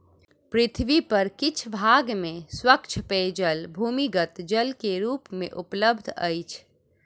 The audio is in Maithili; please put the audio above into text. पृथ्वी पर किछ भाग में स्वच्छ पेयजल भूमिगत जल के रूप मे उपलब्ध अछि